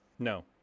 No